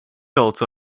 also